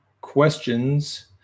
questions